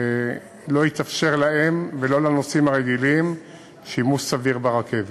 לא התאפשר להם ולא לנוסעים הרגילים שימוש סביר ברכבת.